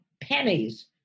pennies